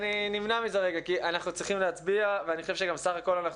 אני נמנע מזה רגע כי אנחנו צריכים להצביע ואני חושב שגם סך הכול אנחנו